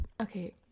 okay